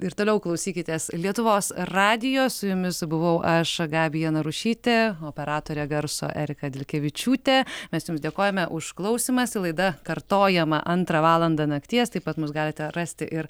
ir toliau klausykitės lietuvos radijo su jumis buvau aš gabija narušytė operatorė garso erika dilkevičiūtė mes jums dėkojame už klausymąsi laida kartojama antrą valandą nakties taip pat mus galite rasti ir